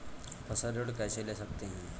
फसल ऋण कैसे ले सकते हैं?